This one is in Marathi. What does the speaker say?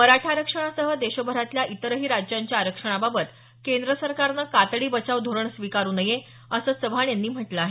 मराठा आरक्षणासह देशभरातल्या इतरही राज्यांच्या आरक्षणाबाबत केंद्र सरकारनं कातडी बचाव धोरण स्वीकारु नये असं चव्हाण यांनी म्हटलं आहे